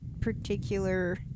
particular